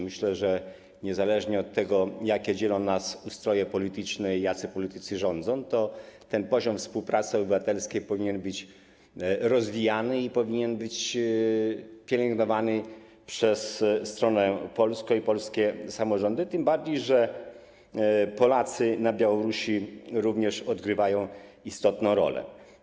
Myślę, że niezależnie od tego, jakie dzielą nas ustroje polityczne i jacy politycy rządzą, ten poziom współpracy obywatelskiej powinien być rozwijany i pielęgnowany przez stronę polską i polskie samorządy, tym bardziej że Polacy na Białorusi również odgrywają istotną rolę.